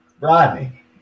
Rodney